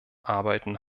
arbeiten